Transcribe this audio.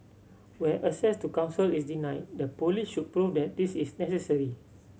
where access to counsel is denied the police should prove that this is necessary